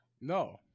No